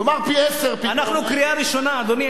כלומר, פי-עשרה, אנחנו בקריאה ראשונה, אדוני.